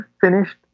finished